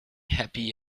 happy